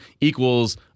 equals